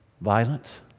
violence